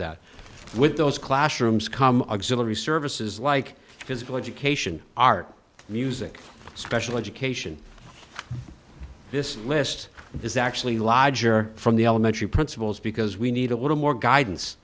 that with those classrooms come exhilarate services like physical education art music special education this list is actually larger from the elementary principals because we need a little more guidance